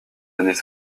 années